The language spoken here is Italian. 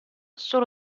solo